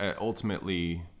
ultimately